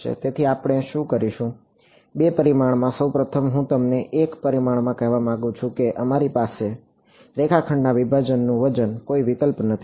તેથી આપણે શું કરીશું બે પરિમાણમાં સૌ પ્રથમ હું તમને એક પરિમાણમાં કહેવા માંગુ છું કે અમારી પાસે રેખાખંડના વિભાજનનું વજન કોઈ વિકલ્પ નથી